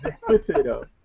potato